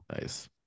Nice